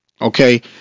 okay